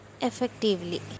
effectively